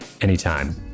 Anytime